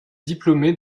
diplômée